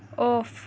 off